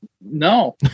No